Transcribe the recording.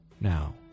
Now